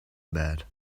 bad